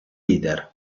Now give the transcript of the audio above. leader